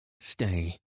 stay